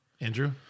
Andrew